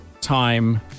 time